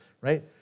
right